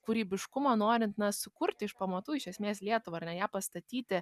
kūrybiškumo norint na sukurti iš pamatų iš esmės lietuvą ar ne ją pastatyti